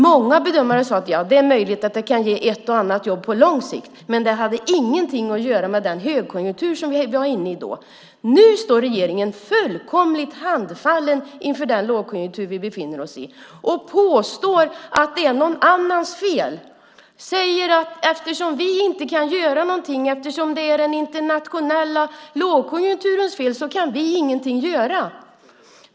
Många bedömare sade att det var möjligt att det kunde ge ett och annat jobb på lång sikt, men det hade ingenting att göra med den högkonjunktur som vi var inne i då. Nu står regeringen fullkomligt handfallen inför den lågkonjunktur vi befinner oss i och påstår att det är någon annans fel. Ni säger: Eftersom det är den internationella lågkonjunkturens fel kan vi ingenting göra.